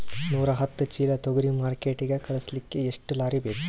ನೂರಾಹತ್ತ ಚೀಲಾ ತೊಗರಿ ಮಾರ್ಕಿಟಿಗ ಕಳಸಲಿಕ್ಕಿ ಎಷ್ಟ ಲಾರಿ ಬೇಕು?